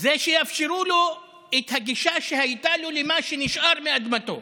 זה שיאפשרו לו את הגישה שהייתה לו למה שנשאר מאדמתו.